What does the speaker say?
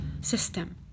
system